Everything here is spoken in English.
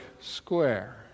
square